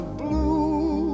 blue